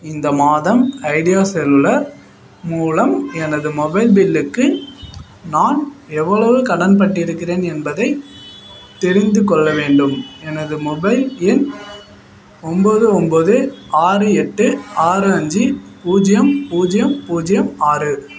இந்த மாதம் Idea cellular மூலம் எனது மொபைல் பில்லுக்கு நான் எவ்வளவு கடன்பட்டிருக்கிறேன் என்பதை தெரிந்துக் கொள்ள வேண்டும் எனது மொபைல் எண் ஒம்பது ஒம்பது ஆறு எட்டு ஆறு அஞ்சு பூஜ்ஜியம் பூஜ்ஜியம் பூஜ்ஜியம் ஆறு